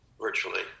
virtually